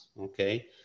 okay